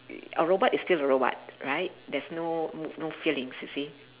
a robot is still a robot right there's no no feelings you see